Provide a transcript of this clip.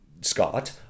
Scott